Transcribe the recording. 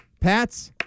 Pat's